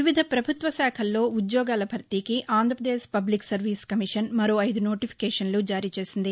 వివిధ ప్రభుత్వ శాఖల్లో ఉద్యోగాల భర్తీకి ఆంధ్రప్రదేశ్ పబ్లిక్ సర్వీస్ కమిషన్ మరో ఐదు నోటిఫికేషన్లు జారీ చేసింది